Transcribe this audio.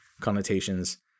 connotations